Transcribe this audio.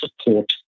support